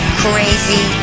crazy